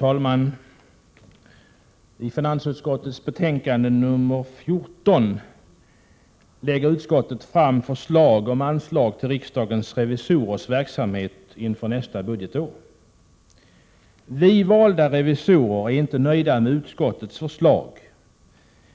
Herr talman! I sitt betänkande nr 14 lägger finansutskottet fram förslag om anslag till riksdagens revisorers verksamhet inför nästa budgetår. Vi valda revisorer är inte nöjda med utskottets förslag.